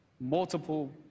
multiple